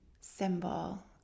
symbol